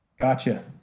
Gotcha